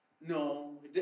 No